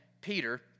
Peter